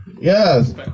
yes